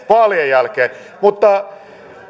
vaalien jälkeen mutta